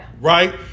right